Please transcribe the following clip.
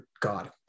God